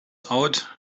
out